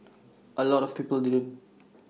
A lot of people didn't